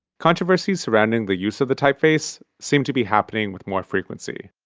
controversies surrounding the use of the typeface seem to be happening with more frequency.